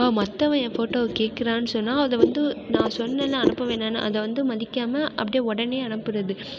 மற்றவன் என் ஃபோட்டோவை கேட்கறான் சொன்னால் அதை வந்து நான் சொன்னேன்னால் அனுப்ப வேண்ணானு அதை வந்து மதிக்காமல் அப்படியே உடனே அனுப்புவது